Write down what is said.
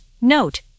note